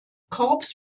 korps